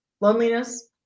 loneliness